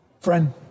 Friend